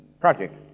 project